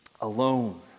alone